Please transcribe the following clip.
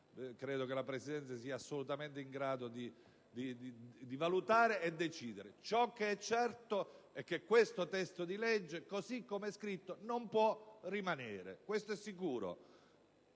Credo che la Presidenza sia assolutamente in grado di valutare e di decidere. Ciò che è certo è che questo testo di legge, così come scritto, non può rimanere: questo è sicuro.